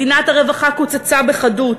מדינת הרווחה קוצצה בחדות,